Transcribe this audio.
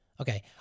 Okay